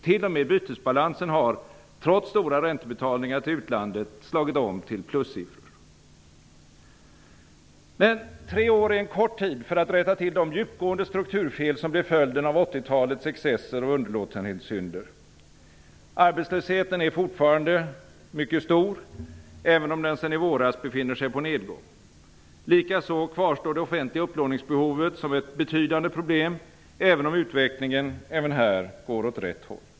T.o.m. bytesbalansen har - trots stora räntebetalningar till utlandet - slagit om till plussiffror. Men tre år är en kort tid för att rätta till de djupgående strukturfel som blev följden av 1980 talets excesser och underlåtenhetssynder. Arbetslösheten är fortfarande mycket stor, även om den sedan i våras befinner sig på nedgång. Likaså kvarstår det offentliga upplåningsbehovet som ett betydande problem, även om utvecklingen också här går åt rätt håll.